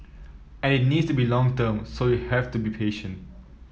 and it needs to be long term so you have to be patient